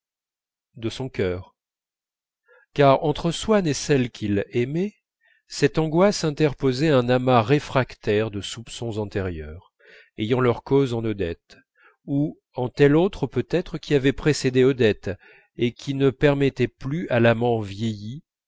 car entre swann et celle qu'il aimait cette angoisse interposait un amas réfractaire de soupçons antérieurs ayant leur cause en odette ou en telle autre peut-être qui avait précédé odette et qui ne permettait plus à l'amant vieilli